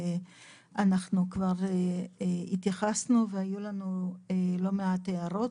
אנחנו כבר התייחסנו והיו לנו לא מעט הערות.